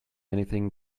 anything